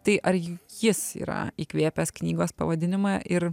tai ar jis yra įkvėpęs knygos pavadinimą ir